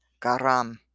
garam